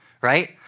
right